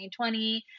2020